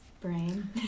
brain